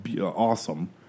awesome